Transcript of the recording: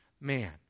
man